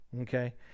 okay